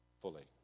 fully